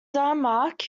denmark